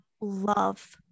love